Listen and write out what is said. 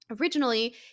Originally